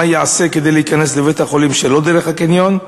מה ייעשה כדי שאפשר יהיה להיכנס לבית-החולים שלא דרך הקניון?